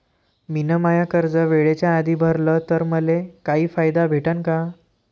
मिन माय कर्ज वेळेच्या आधी भरल तर मले काही फायदा भेटन का?